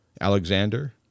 Alexander